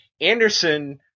Anderson